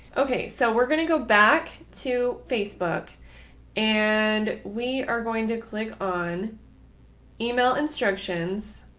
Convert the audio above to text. ok, so we're going to go back to facebook and we are going to click on email instructions.